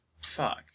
Fuck